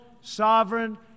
sovereign